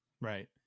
Right